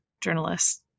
journalists